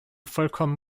vollkommen